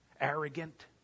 arrogant